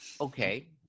Okay